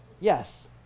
Yes